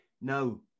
No